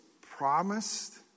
promised